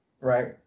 right